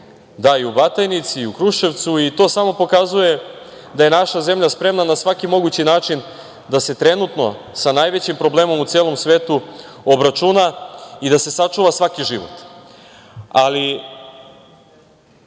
Da, i u Batajnici, i u Kruševcu i to samo pokazuje da je naša zemlja spremna na svaki mogući način da se trenutno sa najvećim problemom u celom svetu obračuna i da se sačuva svaki život.